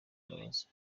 imbabazi